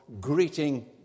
greeting